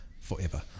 forever